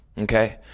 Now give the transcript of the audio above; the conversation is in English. Okay